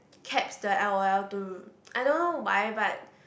cap the L_O_L to I don't know why but